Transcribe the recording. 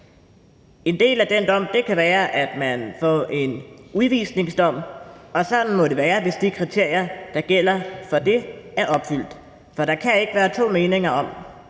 En del af den dom kan være, at man får en udvisningsdom, og sådan må det være, hvis de kriterier, der gælder for det, er opfyldt, for der kan ikke være to meninger om,